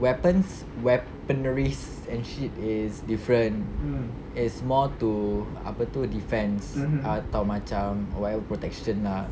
weapons weaponry and shit is different is more to apa tu defence atau macam whatever protection lah